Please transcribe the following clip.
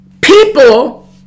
people